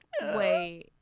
Wait